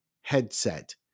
headset